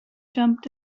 jumped